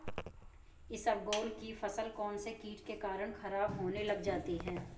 इसबगोल की फसल कौनसे कीट के कारण खराब होने लग जाती है?